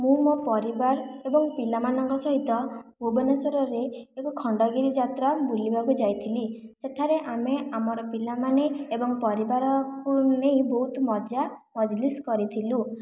ମୁଁ ମୋ ପରିବାର ଏବଂ ପିଲାମାନଙ୍କ ସହିତ ଭୁବନେଶ୍ୱରରେ ଏକ ଖଣ୍ଡଗିରି ଯାତ୍ରା ବୁଲିବାକୁ ଯାଇଥିଲି ଏଠାରେ ଆମେ ଆମର ପିଲାମାନେ ଏବଂ ପରିବାରକୁ ନେଇ ବହୁତ ମଜା ମଜଲିସ କରିଥିଲୁ